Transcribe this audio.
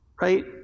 Right